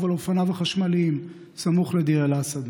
על אופניו החשמליים סמוך לדיר אל-אסד.